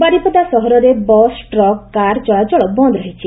ବାରିପଦା ସହରରେ bus truck car ଚଳାଚଳ ବନ୍ଦ ରହିଛି